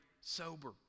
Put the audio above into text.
sober